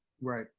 Right